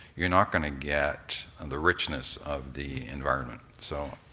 you're not gonna get and the richness of the environment. so